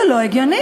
זה לא הגיוני.